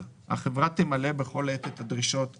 מרכז העסקים וניהול שוטף 10. החברה תמלא בכל עת את הדרישות האלה: